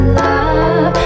love